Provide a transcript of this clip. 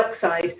dioxide